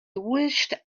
wished